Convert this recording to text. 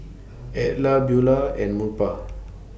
Edla Beulah and Murphy